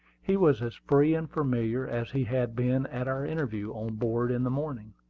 he was as free and familiar as he had been at our interview on board in the morning.